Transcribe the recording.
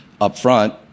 upfront